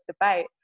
debate